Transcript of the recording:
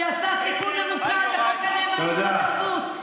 שעשה סיכול ממוקד לחוק הנאמנות בתרבות,